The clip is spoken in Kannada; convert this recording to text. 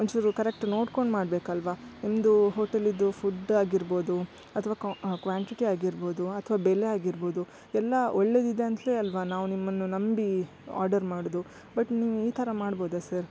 ಒಂಚೂರು ಕರೆಕ್ಟ್ ನೋಡ್ಕೊಂಡು ಮಾಡಬೇಕಲ್ವಾ ನಿಮ್ಮದು ಹೋಟೆಲಿದ್ದು ಫುಡ್ ಆಗಿರ್ಬೋದು ಅಥವಾ ಕ್ವಾಂಟಿಟಿ ಆಗಿರ್ಬೋದು ಅಥವಾ ಬೆಲೆ ಆಗಿರ್ಬೋದು ಎಲ್ಲ ಒಳ್ಳೆದಿದೆ ಅಂತಲೆ ಅಲ್ಲವಾ ನಾವು ನಿಮ್ಮನ್ನು ನಂಬಿ ಆರ್ಡರ್ ಮಾಡೋದು ಬಟ್ ನೀವು ಈ ಥರ ಮಾಡ್ಬೋದಾ ಸರ್